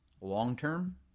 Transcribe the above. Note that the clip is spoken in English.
Long-term